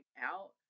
out